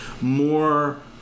More